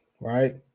right